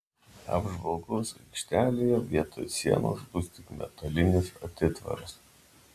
apžvalgos aikštelėje vietoj sienos bus tik metalinis atitvaras